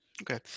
Okay